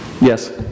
Yes